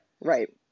Right